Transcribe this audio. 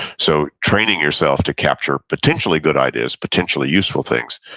so training yourself to capture potentially good ideas, potentially useful things.